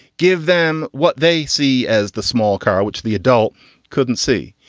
give them what they see as the small car, which the adult couldn't see.